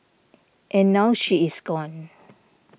and now she is gone